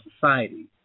society